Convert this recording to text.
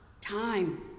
time